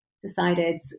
decided